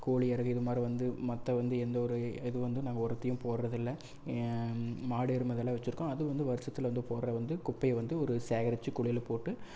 கோழி இறகு இது மாதிரி வந்து மற்ற வந்து எந்த ஒரு எதுவும் வந்து நாங்கல் உரத்தையும் போடுறதில்ல மாடு எருமை இதெல்லாம் வெச்சிருக்கோம் அதுவும் வந்து வருசத்தில் வந்து போடுற வந்து குப்பையை வந்து ஒரு சேகரித்து குழியிலப் போட்டு